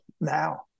Now